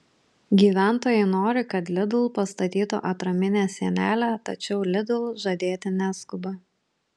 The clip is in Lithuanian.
gyventojai nori kad lidl pastatytų atraminę sienelę tačiau lidl žadėti neskuba